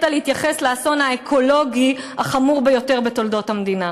להתייחס לאסון האקולוגי החמור ביותר בתולדות המדינה.